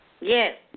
Yes